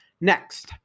Next